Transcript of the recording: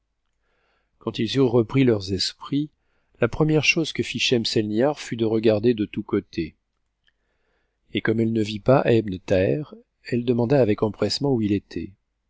quand ils eurent repris leurs esprits la première chose que fit schemselnibar fut de regarder de tous côtés et comme elle ne vit pas ebn thaher elle demanda avec empressement où il était